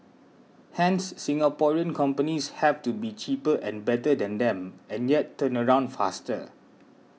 hence Singaporean companies have to be cheaper and better than them and yet turnaround faster